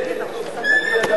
בשאר הדברים.